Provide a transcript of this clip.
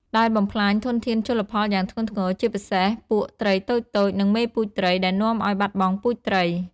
ដែលបំផ្លាញធនធានជលផលយ៉ាងធ្ងន់ធ្ងរ ជាពិសេសពពួកត្រីតូចៗ និងមេពូជត្រី ដែលនាំឱ្យបាត់បង់ពូជត្រី។